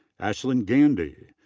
ashlin gandy.